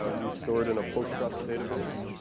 ah we store it in a postgres database.